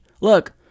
look